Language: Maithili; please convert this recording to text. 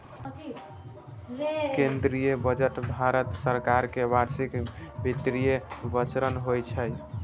केंद्रीय बजट भारत सरकार के वार्षिक वित्तीय विवरण होइ छै